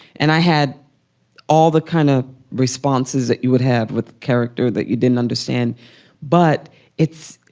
and i had all the kind of responses that you would have with character that you didn't understand but it's,